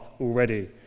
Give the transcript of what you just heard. already